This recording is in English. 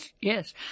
yes